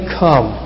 come